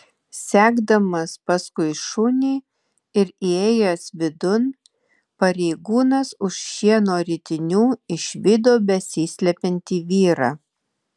sekdamas paskui šunį ir įėjęs vidun pareigūnas už šieno ritinių išvydo besislepiantį vyrą